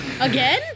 Again